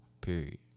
Period